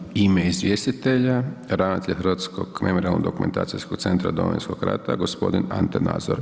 Sada u ime izvjestitelja, ravnatelj Hrvatskog memorijalno dokumentacijskog centra Domovinskog rata, gospodin Ante Nazor.